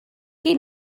chi